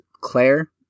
Claire